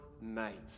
night